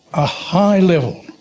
a high level